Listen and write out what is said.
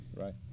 Right